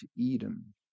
Edom